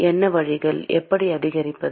என்ன வழிகள் எப்படி அதிகரிப்பது